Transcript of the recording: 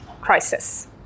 crisis